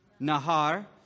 Nahar